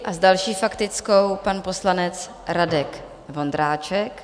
S další faktickou pan poslanec Radek Vondráček.